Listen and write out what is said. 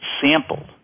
sampled